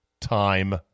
time